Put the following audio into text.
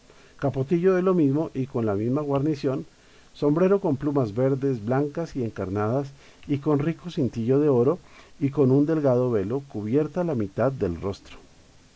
capotillo de lo mismo y con la misma guarni ción sombrero con plumas verdes blancas y encarnadas y con rico cintillo de oro y con un delgado velo cubierta la mitad del rostro